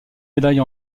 médaille